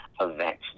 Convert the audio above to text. events